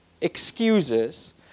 excuses